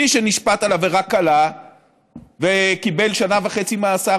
מי שנשפט על עבירה קלה וקיבל שנה וחצי מאסר,